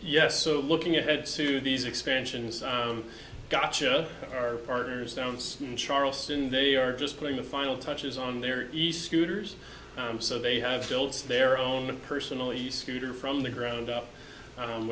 yes so looking ahead to these expansions i gotcha our partners downs in charleston they are just going the final touches on their east scooters i'm so they have built their own personally scooter from the ground up